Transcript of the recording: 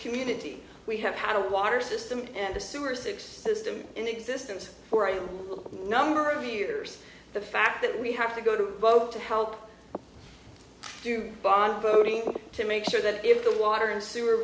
community we have had a water system and a sewer six system in existence for a number of years the fact that we have to go to both to help do bar voting to make sure that if the water and sewer